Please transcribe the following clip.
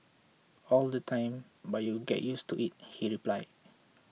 all the time but you get used to it he replied